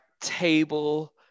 table